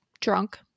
drunk